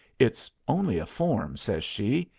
it's only a form, says she.